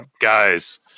guys